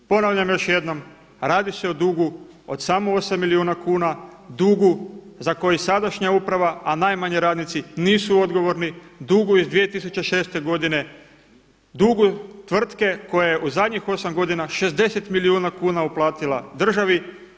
Ponavljam još jednom, radi se o dugu od samo 8 milijuna kuna, dugu za koji sadašnja uprava, a najmanje radnici nisu odgovorni, dugu iz 2006. godine, dugu tvrtke koja je u zadnjih 8 godina 60 milijuna kuna uplatila državi.